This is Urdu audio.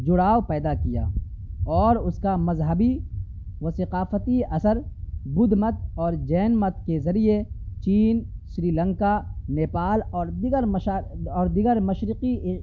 جڑاؤ پیدا کیا اور اس کا مذہبی و ثقافتی اثر بدھ مت اور جین مت کے ذریعے چین سری لنکا نیپال اور دیگر اور دیگر مشرقی